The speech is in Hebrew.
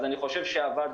אז אני חושב שאבדנו.